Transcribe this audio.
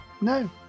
no